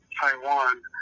Taiwan